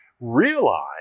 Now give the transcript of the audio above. realize